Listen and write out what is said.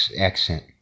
accent